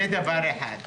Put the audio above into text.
זה דבר אחד.